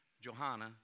Johanna